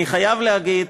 אני חייב להגיד